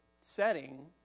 setting